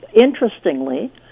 Interestingly